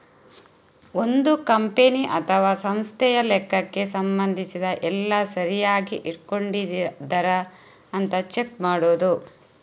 ಒಂದು ಕಂಪನಿ ಅಥವಾ ಸಂಸ್ಥೆಯ ಲೆಕ್ಕಕ್ಕೆ ಸಂಬಂಧಿಸಿದ ಎಲ್ಲ ಸರಿಯಾಗಿ ಇಟ್ಕೊಂಡಿದರಾ ಅಂತ ಚೆಕ್ ಮಾಡುದು